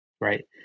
right